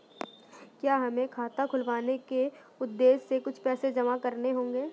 क्या हमें खाता खुलवाने के उद्देश्य से कुछ पैसे जमा करने होंगे?